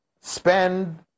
spend